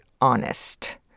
honest